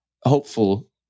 hopeful